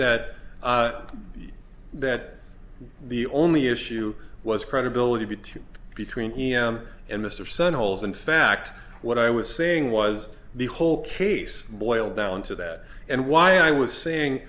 that that the only issue was credibility between between e m and mr sun holes in fact what i was saying was the whole case boiled down to that and why i was saying